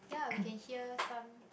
ya we can hear some